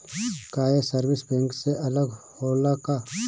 का ये service bank से अलग होला का?